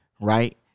right